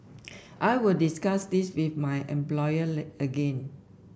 I will discuss this with my employer again